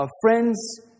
friends